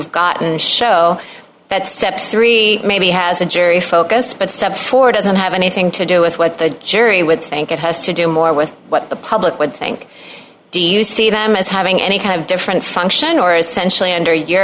you've gotten show that step three maybe has a jury focus but step four doesn't have anything to do with what the jury would think it has to do more with what the public would think do you see them as having any kind of different function or essentially under your